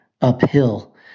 uphill